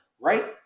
right